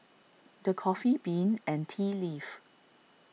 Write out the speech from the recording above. the Coffee Bean and Tea Leaf